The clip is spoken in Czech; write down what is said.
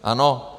Ano?